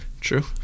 true